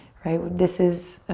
right? this is,